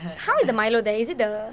how is the milo there is it the